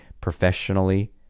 professionally